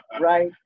Right